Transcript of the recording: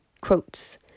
quotes